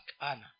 Anna